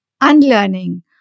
unlearning